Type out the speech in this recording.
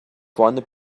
vorne